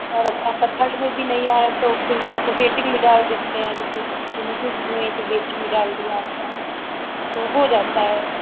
और अगर आपका थर्ड में भी नहीं आ रहा तो फिर वो मतलब वेटिंग में डाल देते हैं किसी किसी की नहीं हुए तो वेटिंग में डाल दिया आपका तो हो जाता है